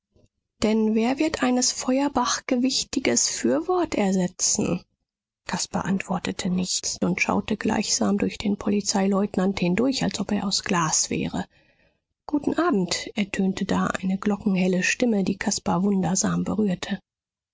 denn wer wird eines feuerbach gewichtiges fürwort ersetzen caspar antwortete nichts und schaute gleichsam durch den polizeileutnant hindurch als ob er aus glas wäre guten abend ertönte da eine glockenhelle stimme die caspar wundersam berührte